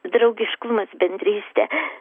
draugiškumas bendrystė